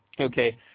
Okay